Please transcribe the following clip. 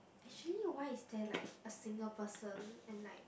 actually why is there like a single person and like